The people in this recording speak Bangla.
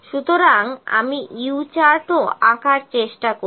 সুতরাং আমি U চার্টও আঁকার চেষ্টা করব